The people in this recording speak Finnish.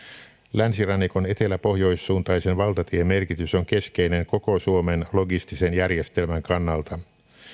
länsirannikon etelä pohjoissuuntaisen valtatien merkitys on keskeinen koko suomen logistisen järjestelmän kannalta